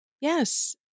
Yes